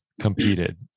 competed